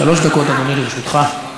שלוש דקות, אדוני, לרשותך.